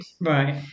Right